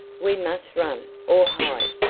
we must run, or hide!